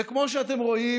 וכמו שאתם רואים,